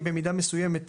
במידה מסוימת,